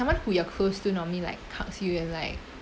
someone who you are close to normally like hugs you and like